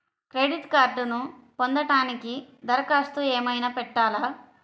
Credit కార్డ్ను పొందటానికి దరఖాస్తు ఏమయినా పెట్టాలా?